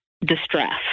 distress